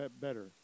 better